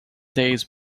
days